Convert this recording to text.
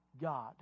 God